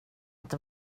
inte